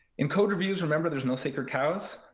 in code reviews, remember there's no sacred cows.